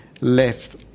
left